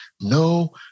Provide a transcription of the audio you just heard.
no